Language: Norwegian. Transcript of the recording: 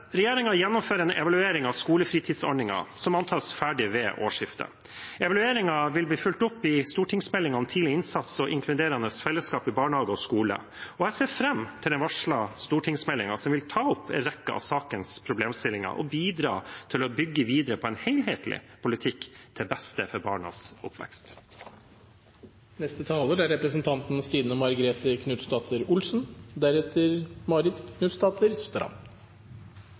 gjennomfører en evaluering av skolefritidsordningen som antas å være ferdig ved årsskiftet. Evalueringen vil bli fulgt opp i stortingsmeldingen om tidlig innsats og inkluderende fellesskap i barnehage og skole. Jeg ser fram til den varslede stortingsmeldingen, som vil ta opp en rekke av sakens problemstillinger og bidra til å bygge videre på en helhetlig politikk, til beste for barnas oppvekst. Det er bred enighet om at skolefritidsordningen er